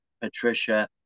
Patricia